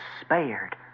spared